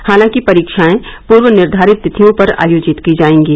हालांकि परीक्षाएं पूर्व निर्घारित तिथियों पर आयोजित की जाएंगी